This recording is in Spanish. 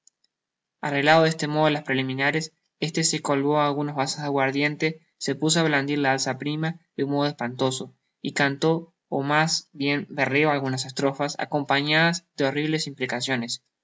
de este modo los preliminares éste se coló algunos vasos de aguardiente se puso á blandir la alza prima de un modo espantoso y cantó ó mas bien berreó algunas estrofas acompañadas de horribles